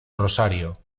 rosario